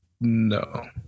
No